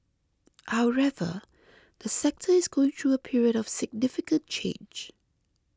however the sector is going through a period of significant change